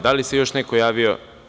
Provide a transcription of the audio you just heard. Da li se još neko javio?